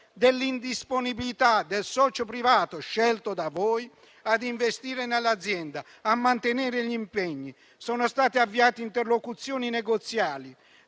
dell'indisponibilità del socio privato scelto da voi ad investire nell'azienda, a mantenere gli impegni. Sono stati avviate interlocuzioni negoziali